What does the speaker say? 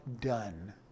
done